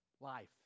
Life